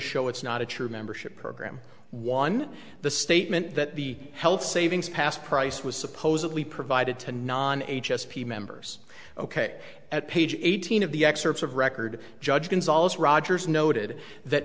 show it's not a true membership program one the statement that the health savings passed price was supposedly provided to non h s p members ok at page eighteen of the excerpts of record judge gonzales rogers noted that